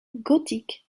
gothique